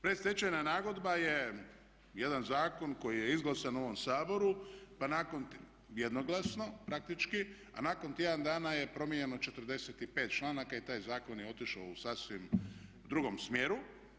Predstečajna nagodba je jedan zakon koji je izglasan u ovom Saboru jednoglasno praktički, a nakon tjedna dana je promijenjeno 45 članaka i taj zakon je otišao u sasvim dugom smjeru.